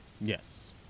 Yes